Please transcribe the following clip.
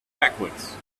backwards